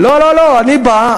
לא, לא, לא, אני בא.